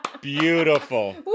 Beautiful